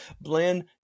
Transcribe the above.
blend